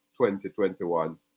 2021